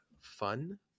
fun